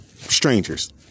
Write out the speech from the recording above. Strangers